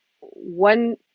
one